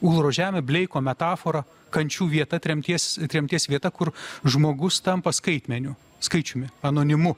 ulro žemė bleiko metafora kančių vieta tremties tremties vieta kur žmogus tampa skaitmeniu skaičiumi anonimu